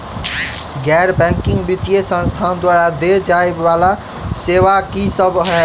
गैर बैंकिंग वित्तीय संस्थान द्वारा देय जाए वला सेवा की सब है?